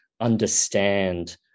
understand